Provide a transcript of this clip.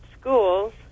schools